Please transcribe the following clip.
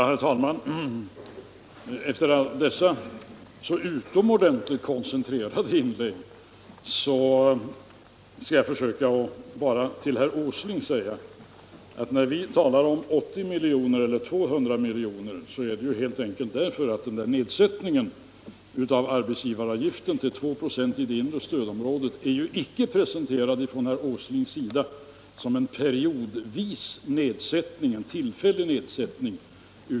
Herr talman! Efter dessa så utomordentligt koncentrerade inlägg skall jag försöka att bara till herr Åsling säga att när vi talar om 80 miljoner och 200 miljoner så är det helt enkelt därför att nedsättningen av arbetsgivaravgiften med 2 96 i det inre stödområdet icke har presenterats från herr Åslings sida som en tillfällig nedsättning.